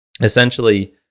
essentially